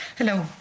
Hello